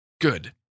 good